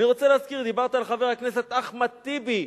אני רוצה להזכיר, דיברת על חבר הכנסת אחמד טיבי,